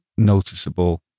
noticeable